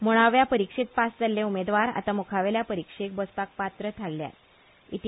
मुळावे परिक्षेंत पास जाल्ले उमेदवार आतां मुखा वयल्या परिक्षेक बसपाक पात्र थारल्यात